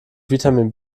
vitamin